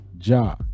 Ja